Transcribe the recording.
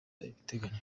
igitaraganya